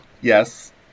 Yes